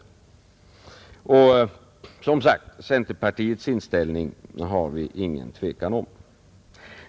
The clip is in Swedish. Och, som sagt, centerpartiets inställning har vi inget tvivel om.